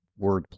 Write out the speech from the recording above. wordplay